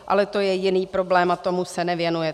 Ale to je jiný problém a tomu se nevěnujete.